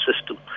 system